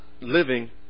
living